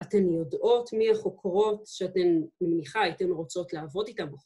‫אתן יודעות מי החוקרות ‫שאתן, מניחה, הייתן רוצות לעבוד איתן?